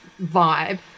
vibe